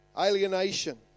alienation